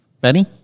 Benny